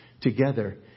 together